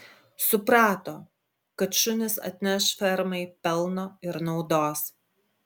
suprato kad šunys atneš fermai pelno ir naudos